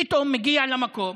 פתאום מגיע למקום